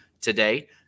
today